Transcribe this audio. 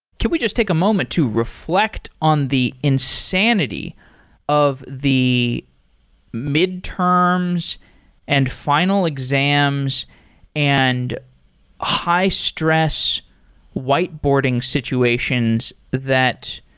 can we just take a moment to reflect on the insanity of the midterms and final exams and high-stress whiteboarding situations that